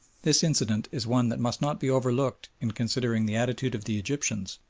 this incident is one that must not be overlooked in considering the attitude of the egyptians,